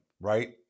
right